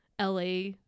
la